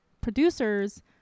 producers